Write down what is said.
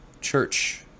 Church